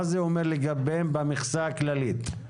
מה זה אומר לגביהם במכסה הכללית?